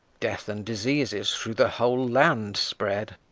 death and diseases through the whole land spread.